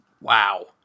Wow